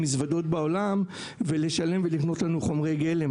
מזוודות בעולם ולשלם ולקנות לנו חומרי גלם,